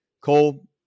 Cole